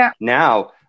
now